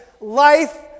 life